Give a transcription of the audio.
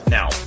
Now